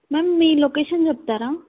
ma'am మీ location చెప్తారా